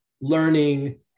learning